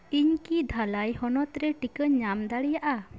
ᱤᱧ ᱠᱤ ᱰᱷᱟᱞᱟᱭ ᱦᱚᱱᱚᱛ ᱨᱮ ᱴᱤᱠᱟᱹᱧ ᱧᱟᱢ ᱫᱟᱲᱮᱭᱟᱜᱼᱟ